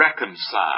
reconcile